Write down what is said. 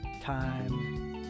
time